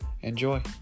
Enjoy